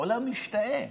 העולם משתאה.